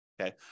okay